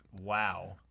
Wow